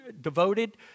devoted